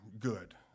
good